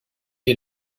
est